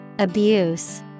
Abuse